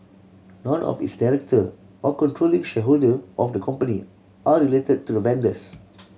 none of its director or controlling shareholder of the company are related to the vendors